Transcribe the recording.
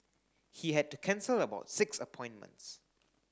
he had to cancel about six appointments